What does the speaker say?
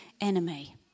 enemy